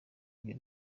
ibyo